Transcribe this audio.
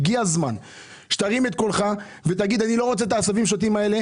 הגיע הזמן שתרים את קולך ותגיד שאתה לא רוצה את העשבים השוטים האלה